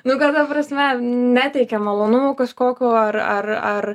nu ta prasme neteikia malonumo kažkokio ar ar ar